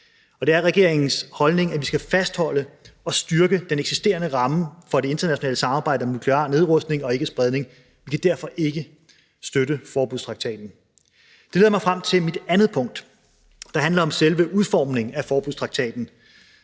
det er regeringens holdning, at vi skal fastholde og styrke den eksisterende ramme for det internationale samarbejde om nuklear nedrustning og ikkespredning, og vi kan derfor ikke støtte forbudstraktaten. Det leder mig frem til mit andet punkt, der handler om selve udformningen af forbudstraktaten.